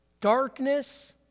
darkness